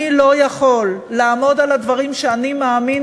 אני לא יכול לעמוד על הדברים שאני מאמין